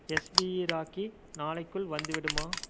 SBE rakhi நாளைக்குள் வந்துவிடுமா